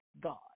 God